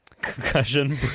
Concussion